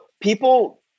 people